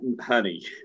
honey